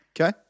Okay